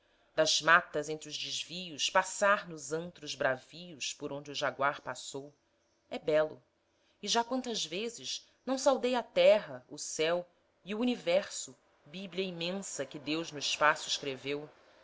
das matas entre os desvios passar nos antros bravios por onde o jaguar passou é belo e já quantas vezes não saudei a terra o céu e o universo bíblia imensa que deus no espaço escreveu